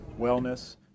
wellness